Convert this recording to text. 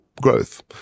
growth